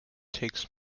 takes